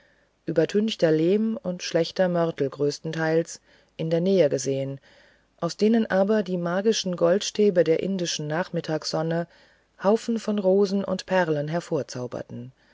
übertünchter lehm und schlechter mörtel größtenteils in der nähe gesehen aus denen aber die magischen goldstäbe der indischen nachmittagssonne haufen von rosen und perlen hervorzauberten